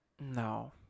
No